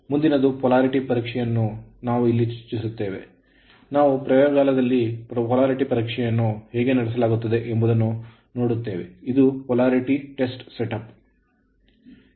ಮುಂದಿನದು polarity ಪರೀಕ್ಷೆಅನ್ನು ನಾವುಇಲ್ಲಿ ಚರ್ಚಿಸುತ್ತೇವೆ ನಾವು ಪ್ರಯೋಗಾಲಯದಲ್ಲಿ polarity ಧ್ರುವೀಯ ಪರೀಕ್ಷೆಯನ್ನು ಹೇಗೆ ನಡೆಸಲಾಗುತ್ತದೆ ಎಂಬುದನ್ನು ನಾವು ನೋಡುತ್ತೇವೆಇದು ಪೊಲಾರಿಟಿ ಟೆಸ್ಟ್ setupಸ್ಥಾಪಿಸಲಾಗಿದೆ